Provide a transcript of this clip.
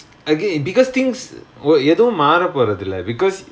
okay because things oh எதுவும் மாறபோறதில்ல:ethuvum maaraporathilla because